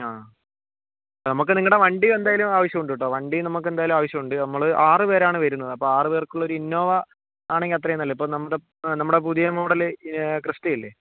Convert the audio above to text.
ആ നമുക്ക് നിങ്ങളുടെ വണ്ടി എന്തായാലും ആവശ്യം ഉണ്ട് കേട്ടോ വണ്ടി നമുക്ക് എന്തായാലും ആവശ്യമുണ്ട് നമ്മൾ ആറ് പേരാണ് വരുന്നത് അപ്പോൾ ആറ് പേർക്കുള്ള ഒരു ഇന്നോവ ആണെങ്കിൽ അത്രയും നല്ലത് ഇപ്പോൾ നമ്മുടെ നമ്മുടെ പുതിയ മോഡല് ക്രിസ്റ്റയില്ലേ